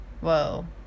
whoa